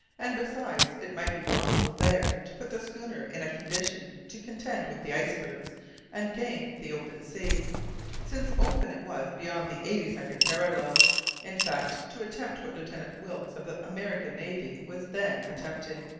and besides, it might be possible there to put the schooner in a condition to contend with the icebergs and gain the open sea since open it was beyond the eighty-second parallel in fact to attempt what lieutenant wilkes of the american navy was then attempting.